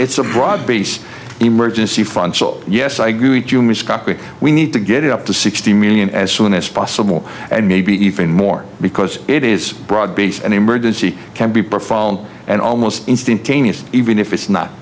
it's a broad breach emergency fund so yes i mean we need to get it up to sixty million as soon as possible and maybe even more because it is broadbeach an emergency can be performed and almost instantaneous even if it's not